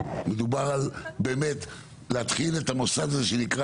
ומדובר באמת להתחיל את המוסד הזה שנקרא